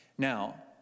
Now